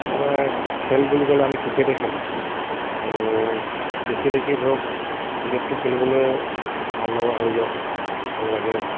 মানে খেল বুলি ক'লে আমি ক্ৰিকেটেই খেলোঁ আৰু দেখি দেখি ধৰক ক্ৰিকেটটো খেলিবলৈ ভাল লগা হৈ যায় ভাল লাগে